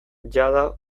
jada